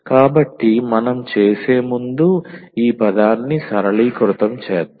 కాబట్టి మనం చేసే ముందు ఈ పదాన్ని సరళీకృతం చేద్దాం